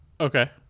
Okay